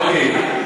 אוקיי.